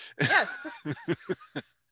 Yes